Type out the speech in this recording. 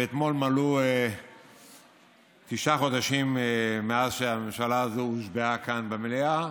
ואתמול מלאו תשעה חודשים מאז שהממשלה הזאת הושבעה כאן במליאה,